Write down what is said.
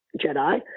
Jedi